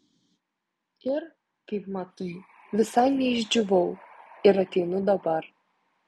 ir kaip matai visai neišdžiūvau ir ateinu dabar